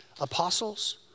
apostles